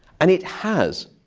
and it has